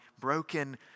broken